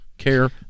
care